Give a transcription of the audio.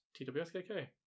TWSKK